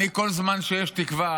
כל זמן שיש תקווה